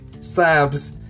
slabs